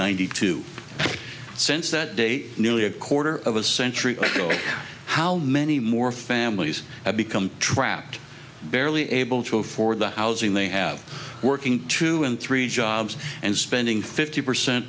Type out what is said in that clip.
hundred two since that date nearly a quarter of a century ago how many more families have become trapped barely able to afford the housing they have working two and three jobs and spending fifty percent